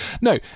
No